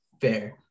Fair